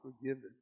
forgiven